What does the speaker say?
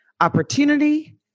Opportunity